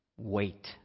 Wait